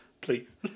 please